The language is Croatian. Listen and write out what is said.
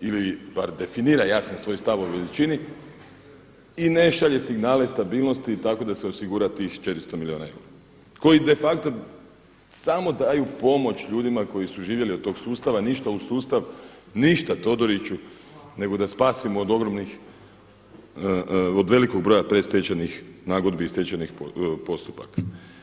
ili bar definira jasno svoj stav o veličini i ne šalje signale stabilnosti i tako da se osigura tih 400 milijuna eura koji de facto samo daju pomoć ljudima koji su živjeli od tog sustava, ništa u sustav, ništa Todoriću nego da spasimo od ogromnih, od velikog broja predstečajnih nagodbi i stečajnih postupaka.